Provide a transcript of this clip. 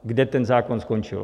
Kde ten zákon skončil?